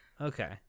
Okay